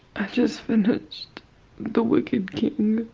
just finished the wicked king.